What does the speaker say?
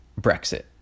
Brexit